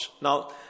Now